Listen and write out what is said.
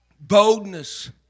boldness